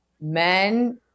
men